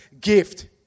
gift